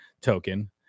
token